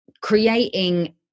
creating